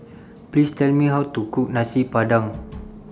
Please Tell Me How to Cook Nasi Padang